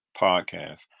podcast